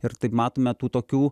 ir taip matome tų tokių